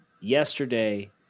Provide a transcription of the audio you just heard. yesterday